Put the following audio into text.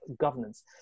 governance